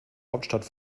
hauptstadt